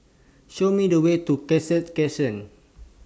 Show Me The Way to Cassia Crescent